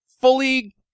fully